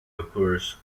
occurs